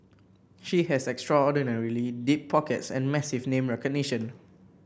she has extraordinarily deep pockets and massive name recognition